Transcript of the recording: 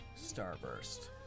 Starburst